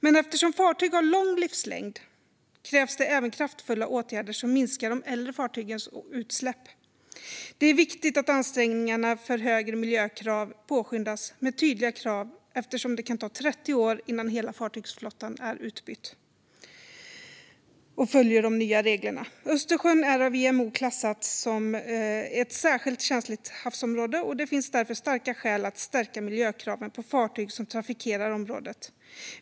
Men eftersom fartyg har lång livslängd krävs det även kraftfulla åtgärder som minskar de äldre fartygens utsläpp. Det är viktigt att ansträngningarna för högre miljökrav påskyndas med tydliga krav eftersom det kan ta 30 år innan hela fartygsflottan är utbytt och följer de nya reglerna. Östersjön är av IMO klassat som ett särskilt känsligt havsområde, och det finns därför starka skäl att stärka miljökraven på fartyg som trafikerar området.